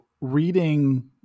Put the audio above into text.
reading –